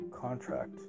contract